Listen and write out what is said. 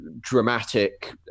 dramatic